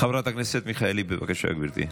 חברת הכנסת מיכאלי, בבקשה, גברתי.